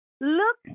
Look